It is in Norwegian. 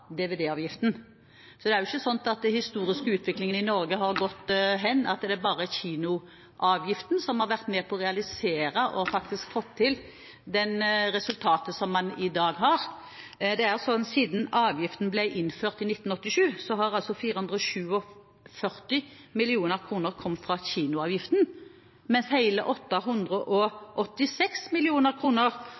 Så er det jo ikke slik at den historiske utviklingen i Norge har foregått slik at det bare er kinoavgiften som har vært med på å få til det resultatet som man har i dag. Siden avgiften ble innført i 1987, har 447 mill. kr kommet fra kinoavgiften, mens hele 886